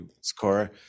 score